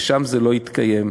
ששם זה לא יתקיים.